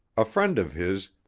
a friend of his,